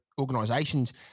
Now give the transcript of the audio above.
organisations